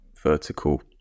vertical